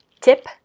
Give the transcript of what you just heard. tip